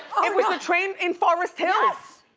it was the train in forest hills.